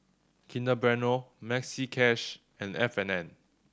Kinder Bueno Maxi Cash and F and N